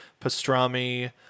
pastrami